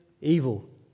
evil